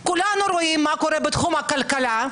כולנו רואים מה קורה בתחום הכלכלה,